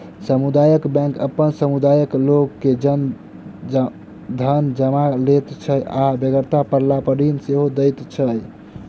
सामुदायिक बैंक अपन समुदायक लोक के धन जमा लैत छै आ बेगरता पड़लापर ऋण सेहो दैत छै